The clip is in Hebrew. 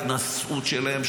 ההתנשאות שלהם,